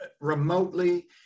remotely